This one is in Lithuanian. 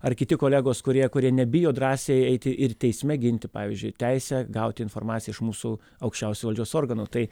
ar kiti kolegos kurie kurie nebijo drąsiai eiti ir teisme ginti pavyzdžiui teisę gauti informaciją iš mūsų aukščiausių valdžios organų tai